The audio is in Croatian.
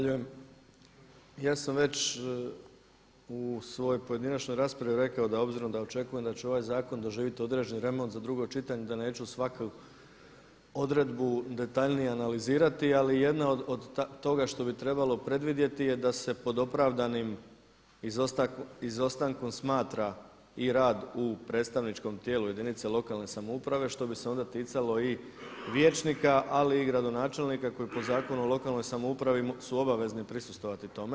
Ja sam već u svojoj pojedinačnoj raspravi rekao da obzirom da očekujem da će ovaj zakon doživjeti određeni remont za drugo čitanje da neću svaku odredbu detaljnije analizirati ali jedna od toga što bi trebalo predvidjeti je da se pod opravdanim izostankom smatra i rad u predstavničkom tijelu jedinice lokalne samouprave što bi se onda ticalo i vijećnika ali i gradonačelnika koji po Zakonu o lokalnoj samoupravi su obavezni prisustvovati tome.